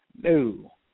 No